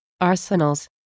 arsenals